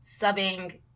subbing